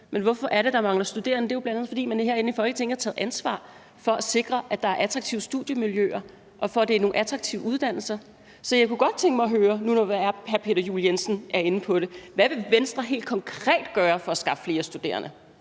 men hvorfor mangler der studerende? Det er jo bl.a., fordi man herinde i Folketinget ikke har taget ansvar for at sikre, at der er attraktive studiemiljøer og attraktive uddannelser. Så jeg kunne godt tænke mig at høre nu, når hr. Peter Juel-Jensen er inde på det: Hvad vil Venstre helt konkret gøre for at skaffe flere studerende